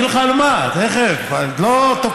אני אגיד לך על מה, תכף, אני לא תוקף.